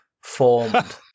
formed